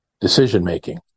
decision-making